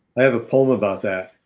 i have a poem about that